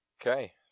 Okay